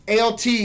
ALT